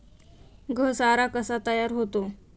घसारा कसा तयार होतो?